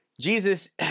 Jesus